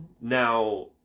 now